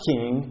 King